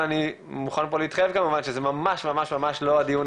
אבל אני מוכן להתחייב כמובן שזה ממש ממש ממש לא הדיון